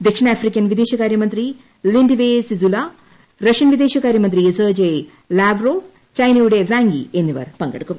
ദക്ഷിണാഫ്രിക്കൻ വിദേശകാര്യ മന്ത്രി ലീൻഡിവേ സിസുലു റഷ്യൻ വിദേശകാരൃ മന്ത്രി സെർജി ലാഖ് റ്റോവ് ചൈനയുടെ വാങ്യി എന്നിവർ പങ്കെടുക്കും